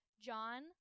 John